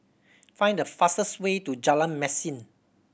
find the fastest way to Jalan Mesin